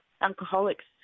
alcoholics